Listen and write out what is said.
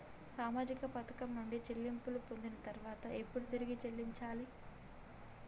సామాజిక పథకం నుండి చెల్లింపులు పొందిన తర్వాత ఎప్పుడు తిరిగి చెల్లించాలి?